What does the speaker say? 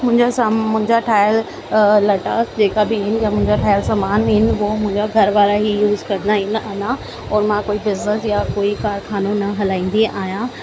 मुंहिंजा साम मुंहिंजा ठाहियल लटा जेका बि आहिनि जामु मुंहिंजा ठाहियल सामान बि आहिनि वो मुंहिंजा घरुवारा ई यूस कंदा आहिनि अञा और मां बिजिनिस या कोई कारख़ानो न हलाईंदी आहियां